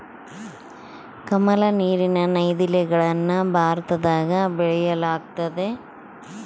ಕಮಲ, ನೀರಿನ ನೈದಿಲೆಗಳನ್ನ ಭಾರತದಗ ಬೆಳೆಯಲ್ಗತತೆ